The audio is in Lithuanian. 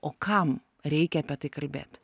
o kam reikia apie tai kalbėt